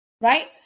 Right